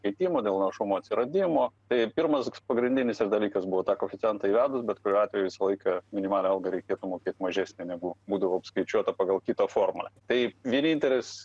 keitimų dėl našumo atsiradimo tai pirmas pagrindinis ir dalykas buvo tą koeficientą įvedus bet kuriuo atveju visą laiką minimalią algą reikėtų mokėt mažesnę negu būdavo apskaičiuota pagal kitą formą tai vienintelis